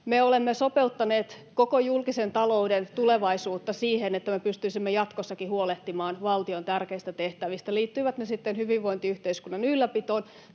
olemme sopeuttaneet koko julkisen talouden tulevaisuutta siihen, että me pystyisimme jatkossakin huolehtimaan valtion tärkeistä tehtävistä, liittyivät ne sitten hyvinvointiyhteiskunnan ylläpitoon